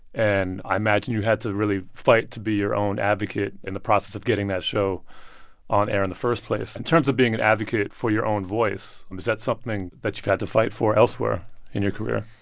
and i imagine you had to really fight to be your own advocate in the process of getting that show on air in the first place. in and terms of being an advocate for your own voice, was that something that you've had to fight for elsewhere in your career?